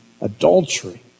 adultery